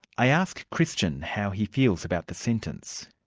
i ask christian how he feels about the sentence.